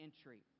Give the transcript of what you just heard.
entry